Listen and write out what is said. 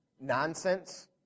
nonsense